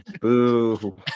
Boo